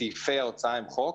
סעיפי ההוצאה הם חוק.